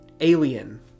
Alien